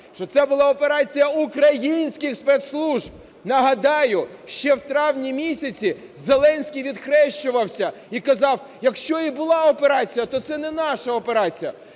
що це була операція українських спецслужб. Нагадаю, ще в травні місяці Зеленський відхрещувався і казав, якщо і була операція, то це не наша операція.